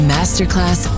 Masterclass